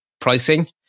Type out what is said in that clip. pricing